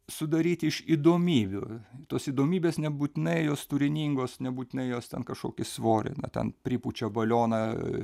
sudaryti iš įdomybių tos įdomybės nebūtinai jos turiningos nebūtinai jos ten kažkokį svorį na ten pripučia balioną